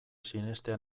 sinestea